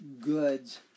goods